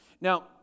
Now